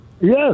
Yes